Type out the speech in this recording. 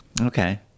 Okay